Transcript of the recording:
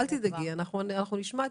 אל תדאגי, אנחנו נשמע הכול.